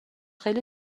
خیلی